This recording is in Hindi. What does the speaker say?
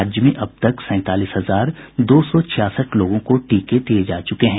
राज्य में अब तक सैंतालीस हजार दो सौ छियासठ लोगों को टीके दिये जा चुके हैं